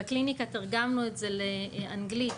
בקליניקה תרגמנו את זה לאנגלית,